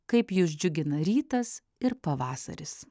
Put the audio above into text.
kaip jus džiugina rytas ir pavasaris